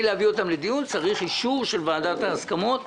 צריך אישור של ועדת ההסכמות.